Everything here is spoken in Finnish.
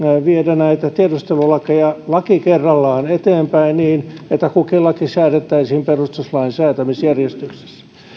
viedä näitä tiedustelulakeja laki kerrallaan eteenpäin niin että kukin laki säädettäisiin perustuslain säätämisjärjestyksessä